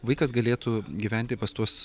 vaikas galėtų gyventi pas tuos